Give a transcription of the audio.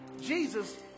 Jesus